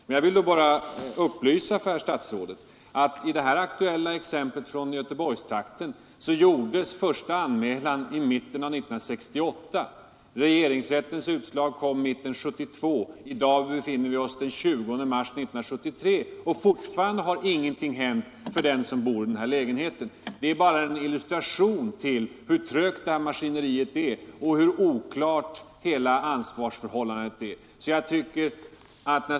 Men jag vill bara upplysa herr statsrådet om att i det här aktuella exemplet från Göteborgstrakten gjordes den första anmälan i mitten av 1968, och regeringsrättens utslag kom i mitten av 1972. I dag har vi den 20 mars 1973, och fortfarande har ingenting hänt för den som bor i denna lägenhet. Detta är bara en illustration till hur trögt det här maskineriet är och hur oklart hela ansvarsförhållandet är.